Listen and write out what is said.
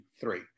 three